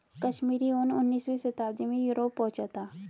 कश्मीरी ऊन उनीसवीं शताब्दी में यूरोप पहुंचा था